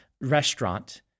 restaurant